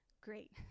great